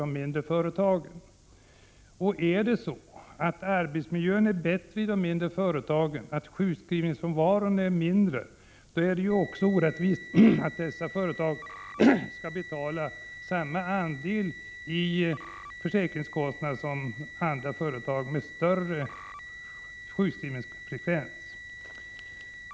Om det är så att arbetsmiljön är bättre i de mindre företagen och att sjukfrånvaron är lägre, är det ju också orättvist att de mindre företagen skall betala samma andel av försäkringskostnaden som andra företag med större sjukskrivningsfrekvens.